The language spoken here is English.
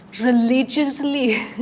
religiously